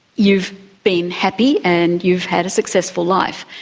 you've been happy and you've had a successful life.